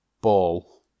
ball